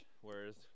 Whereas